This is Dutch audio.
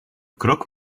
croque